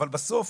אבל בסוף